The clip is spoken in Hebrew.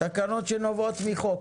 תקנות שנובעות מחוק,